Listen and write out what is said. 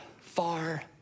far